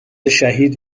شهید